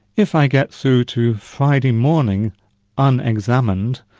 if i get through to friday morning unexamined,